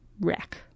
wreck